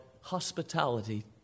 hospitality